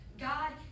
God